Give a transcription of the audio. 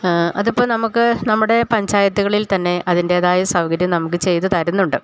അതിപ്പോൾ നമുക്ക് നമ്മുടെ പഞ്ചായത്തുകളിൽ തന്നെ അതിൻ്റേതായ സൗകര്യം നമുക്ക് ചെയ്തു തരുന്നുണ്ട്